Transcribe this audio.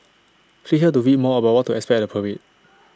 click here to read more about what to expect at the parade